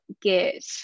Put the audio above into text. get